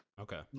Okay